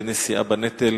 בנשיאה בנטל.